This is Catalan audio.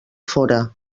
fóra